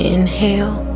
Inhale